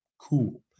Cool